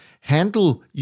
handle